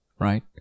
right